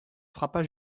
frappa